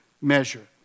measure